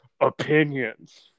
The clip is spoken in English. opinions